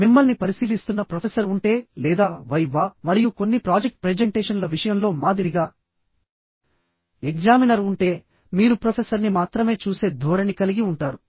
మిమ్మల్ని పరిశీలిస్తున్న ప్రొఫెసర్ ఉంటే లేదా వివా మరియు కొన్ని ప్రాజెక్ట్ ప్రెజెంటేషన్ల విషయంలో మాదిరిగా ఎగ్జామినర్ ఉంటే మీరు ప్రొఫెసర్ని మాత్రమే చూసే ధోరణి కలిగి ఉంటారు